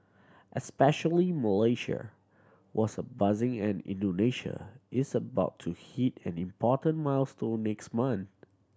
especially Malaysia was buzzing and Indonesia is about to hit an important milestone next month